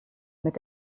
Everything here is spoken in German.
mit